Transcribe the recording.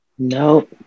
No